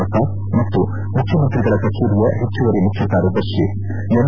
ಪ್ರಸಾದ್ ಮತ್ತು ಮುಖ್ಯಮಂತ್ರಿಗಳ ಕಚೇರಿಯ ಹೆಚ್ಚುವರಿ ಮುಖ್ಯ ಕಾರ್ಯದರ್ತಿ ಎಂ